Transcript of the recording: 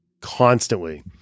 constantly